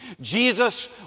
Jesus